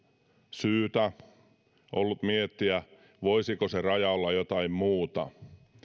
syytä ollut miettiä voisiko se raja olla jotain muuta